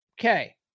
Okay